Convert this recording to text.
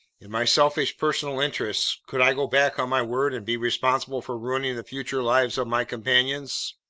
in my selfish personal interests, could i go back on my word and be responsible for ruining the future lives of my companions?